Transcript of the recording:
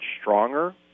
stronger